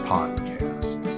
Podcast